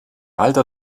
halter